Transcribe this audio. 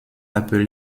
appelés